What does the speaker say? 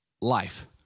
life